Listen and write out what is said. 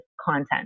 content